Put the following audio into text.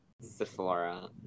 Sephora